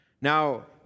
Now